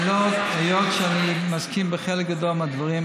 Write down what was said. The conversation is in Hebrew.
היות שאני מסכים עם חלק גדול מהדברים,